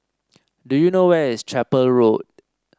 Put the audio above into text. do you know where is Chapel Road